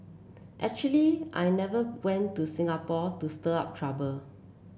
actually I never went to Singapore to stir up trouble